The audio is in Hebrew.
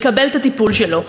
לקבל את הטיפול שלו.